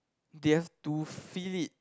they have to feel it